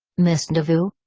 miss neveu?